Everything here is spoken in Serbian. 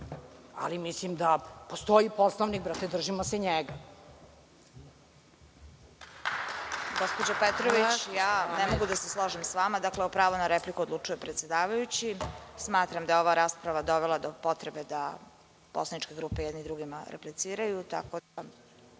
ali mislim da postoji Poslovnik, držimo se njega.